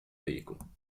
veículo